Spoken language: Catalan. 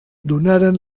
donaren